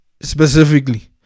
specifically